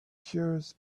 cures